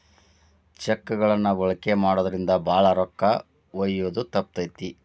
check ಗಳನ್ನ ಬಳಕೆ ಮಾಡೋದ್ರಿಂದ ಭಾಳ ರೊಕ್ಕ ಒಯ್ಯೋದ ತಪ್ತತಿ